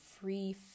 free